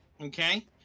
Okay